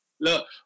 Look